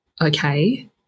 okay